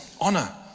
honor